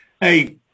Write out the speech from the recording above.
Hey